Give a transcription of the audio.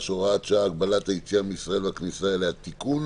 (הוראת שעה) (הגבלת היציאה מישראל והכניסה אליה) (תיקון).